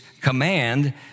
command